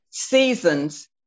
Seasons